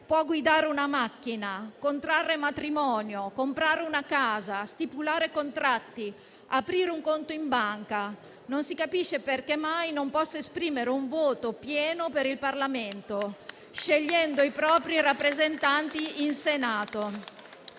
guidare una macchina, contrarre matrimonio, comprare una casa, stipulare contratti e aprire un conto in banca, quindi non si capisce perché mai non possa esprimere un voto pieno per il Parlamento, scegliendo i propri rappresentanti in Senato.